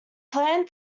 plan